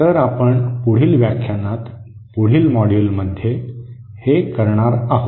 तर आपण पुढील व्याख्यानात पुढील मॉड्यूलमध्ये हे करणार आहोत